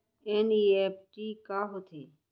NEFT का होथे?